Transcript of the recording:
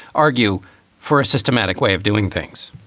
argue for a systematic way of doing things